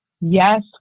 yes